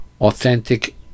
authentic